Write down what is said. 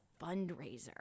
fundraiser